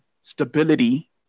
stability